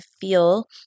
feel